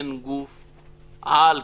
אין גוף-על,